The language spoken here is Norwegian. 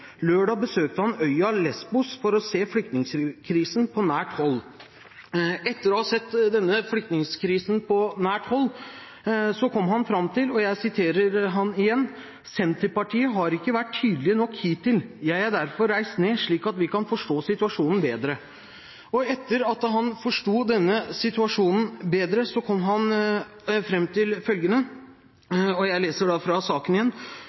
Lørdag besøkte han øya Lesbos, for å se flyktningkrisen på nært hold.» Etter å ha sett denne flyktningkrisen på nært hold kom han fram til dette: «Senterpartiet har ikke vært tydelige nok hittil. Det er derfor jeg reiste ned, slik at vi kan forstå situasjonen bedre.» Etter at han forsto denne situasjonen bedre, kom han fram til